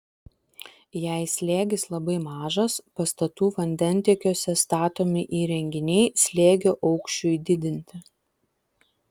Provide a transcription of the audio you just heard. jei slėgis labai mažas pastatų vandentiekiuose statomi įrenginiai slėgio aukščiui didinti